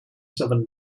seven